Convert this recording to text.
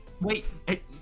Wait